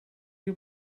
you